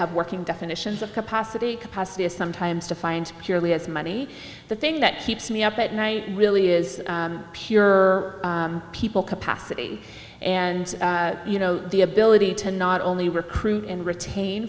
have working definitions of capacity capacity a sometimes to find purely as money the thing that keeps me up at night really is pure people capacity and you know the ability to not only recruit and retain